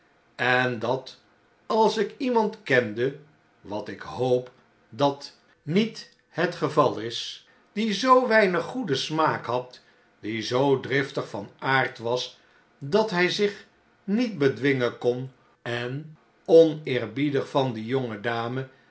en dat als ik iemand kende wat ik hoop dat niet het geval is die zoo weinig goeden smaak had die zoo driftig van aard was dat hp zich niet bedwingen kon en oneerbiedig van die